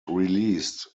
released